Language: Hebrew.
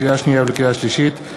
לקריאה שנייה ולקריאה שלישית,